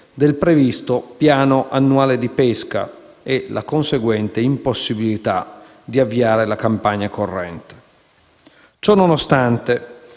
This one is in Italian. del previsto Piano annuale di pesca e la conseguente impossibilità di avviare la campagna corrente. Ciononostante,